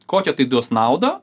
kokią tai duos naudą